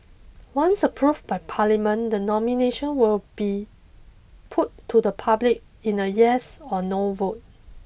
once approved by parliament the nomination will be put to the public in a yes or no vote